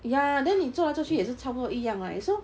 ya then 你做来做去也是差不多一样 leh so